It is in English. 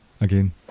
Again